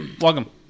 Welcome